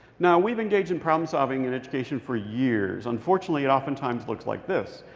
now, we've engaged in problem-solving in education for years. unfortunately, it oftentimes looks like this.